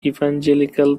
evangelical